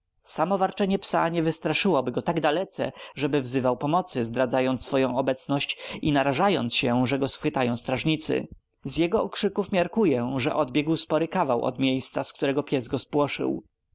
samo warczenie psa nie wystraszyłoby go tak dalece żeby wzywał pomocy zdradzając swą obecność i narażając się że go schwytają strażnicy z jego okrzyków miarkuję że odbiegł spory kawał od miejsca z którego pies